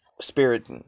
spirit